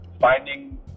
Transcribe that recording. finding